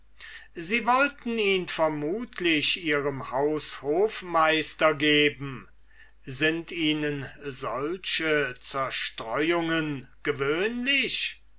sie wollten ihn vermutlich ihrem haushofmeister geben sind ihnen solche zerstreuungen gewöhnlich